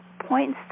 points